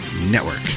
network